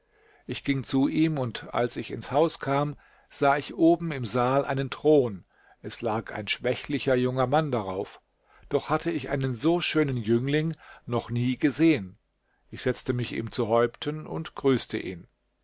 ich ging zu ihm und als ich ins haus kam sah ich oben im saal einen thron es lag ein schwächlicher junger mann darauf doch hatte ich einen so schönen jüngling noch nie gesehen ich setzte mich ihm zu häupten und grüßte ihn